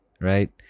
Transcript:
Right